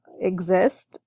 exist